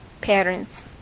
patterns